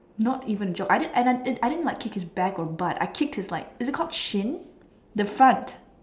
not even a joke I did and I I didn't like kicked his back or butt I kicked his like is it called shin the front